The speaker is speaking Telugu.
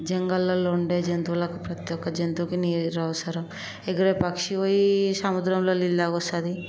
జంగల్లలో ఉండే జంతువులకు ప్రతీ ఒక్క జంతువుకి నీరు అవసరం ఎగిరే పక్షి పోయి సముద్రంలో నీళ్ళు తాగి వస్తుంది